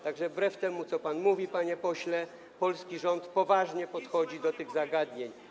Tak że wbrew temu, co pan mówi, panie pośle, polski rząd poważnie podchodzi do tych zagadnień.